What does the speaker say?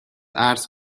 عرض